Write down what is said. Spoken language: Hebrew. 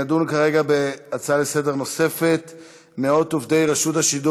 נדון כעת בהצעה נוספת לסדר-היום: מאות עובדי רשות השידור